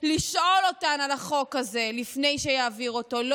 לשאול אותן על החוק הזה לפני שיעביר אותו.